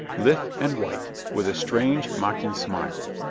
lithe and white, with a strange, mocking smile.